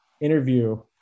interview